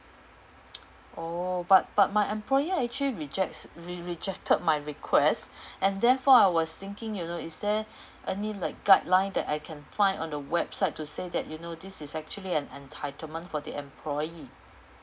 oh but but my employer actually rejects re~ rejected my request and therefore I was thinking you know is there any like guideline that I can find on the website to say that you know this is actually an entitlement for the employee